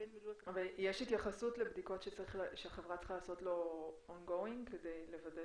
יש התייחסות לבדיקות שהחברה צריכה לעשות לו on going?